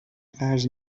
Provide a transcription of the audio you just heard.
قرض